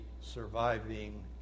surviving